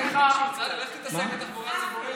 לך תתעסק בתחבורה ציבורית,